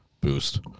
boost